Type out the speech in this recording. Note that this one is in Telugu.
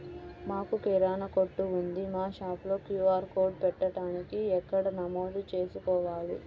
మాకు కిరాణా కొట్టు ఉంది మా షాప్లో క్యూ.ఆర్ కోడ్ పెట్టడానికి ఎక్కడ నమోదు చేసుకోవాలీ?